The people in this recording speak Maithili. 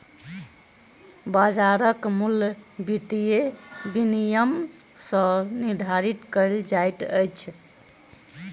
बाजारक मूल्य वित्तीय विनियम सॅ निर्धारित कयल जाइत अछि